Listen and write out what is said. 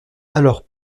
alors